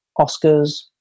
Oscars